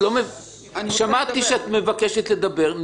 אני שמעתי שאת מבקשת לדבר.